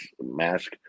mask